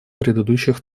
предыдущих